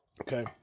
okay